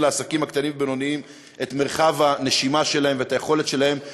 לעסקים הקטנים והבינוניים את מרחב הנשימה שלהם ואת היכולת שלהם לצמוח,